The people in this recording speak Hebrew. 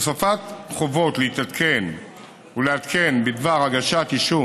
הוספת חובות להתעדכן ולעדכן בדבר הגשת כתב אישום